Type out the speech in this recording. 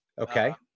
Okay